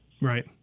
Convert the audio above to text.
Right